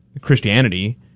Christianity